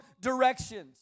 directions